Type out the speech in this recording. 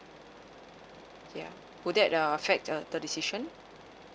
ya would that uh affect err the decision